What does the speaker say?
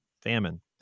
famine